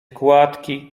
gładki